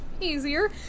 easier